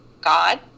God